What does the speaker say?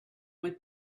with